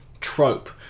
trope